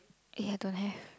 eh I don't have